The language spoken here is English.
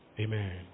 Amen